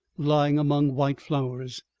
lying among white flowers.